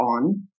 on